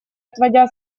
отводя